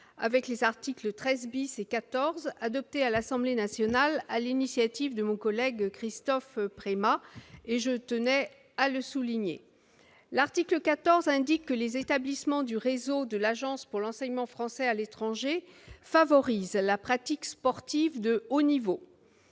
travers des articles 13 et 14 adoptés à l'Assemblée nationale sur l'initiative de mon collègue Christophe Premat. L'article 14 indique que les établissements du réseau de l'Agence pour l'enseignement français à l'étranger favorisent la pratique sportive de haut niveau.